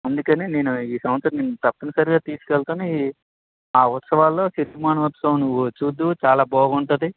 అందుకని నేను ఈ సంవత్సరం నిన్ను తప్పనిసరిగా తీసుకు వెళ్తాను ఈ ఆ ఉత్సవాల్లో సిరిమాను ఉత్సవం నువ్వు చూద్దువు చాలా బాగుంటుంది